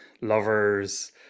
lovers